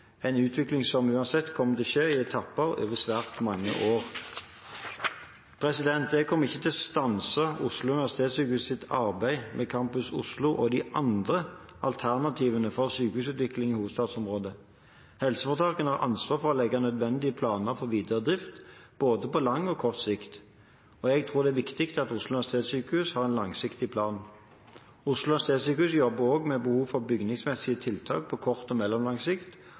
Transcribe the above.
en utvikling som uansett kommer til å skje i etapper over svært mange år. Jeg kommer ikke til å stanse Oslo universitetssykehus' arbeid med Campus Oslo og de andre alternativene for sykehusutvikling i hovedstadsområdet. Helseforetaket har ansvar for å legge nødvendige planer for videre drift, både på lang og kort sikt. Jeg tror det er viktig at Oslo universitetssykehus har en langsiktig plan. Oslo universitetssykehus jobber også med behov for bygningsmessige tiltak på kort og mellomlang sikt